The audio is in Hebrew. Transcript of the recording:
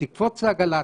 תקפוץ לעגלה,